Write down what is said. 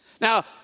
Now